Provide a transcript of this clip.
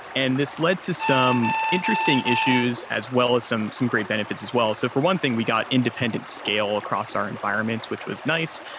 and this led to some interesting issues as well as some some great benefits as well. so for one thing, we got independent scale across our environments, which was nice,